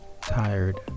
tired